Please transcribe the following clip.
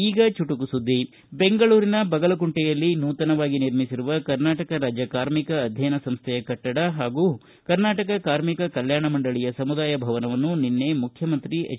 ಈಗ ಚುಟುಕು ಸುದ್ದಿ ಬೆಂಗಳೂರಿನ ಬಗಲಕುಂಟೆಯಲ್ಲಿ ನೂತನವಾಗಿ ನಿರ್ಮಿಸಿರುವ ಕರ್ನಾಟಕ ರಾಜ್ಯ ಕಾರ್ಮಿಕ ಅಧ್ಯಯನ ಸಂಸೈಯ ಕಟ್ಟಡ ಹಾಗೂ ಕರ್ನಾಟಕ ಕಾರ್ಮಿಕ ಕಲ್ಯಾಣ ಮಂಡಳಿಯ ಸಮುದಾಯ ಭವನವನ್ನು ನಿನ್ನೆ ಮುಖ್ಯಮಂತ್ರಿ ಹೆಚ್